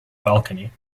balcony